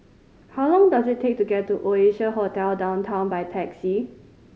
how long does it take to get to Oasia Hotel Downtown by taxi